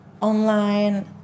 online